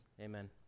amen